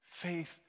Faith